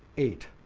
eight,